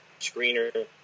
screener